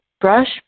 Brush